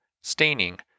staining